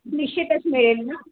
निश्चितच मिळेल ना